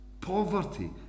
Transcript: poverty